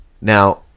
Now